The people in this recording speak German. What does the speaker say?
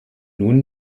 nun